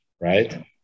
right